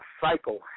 cycle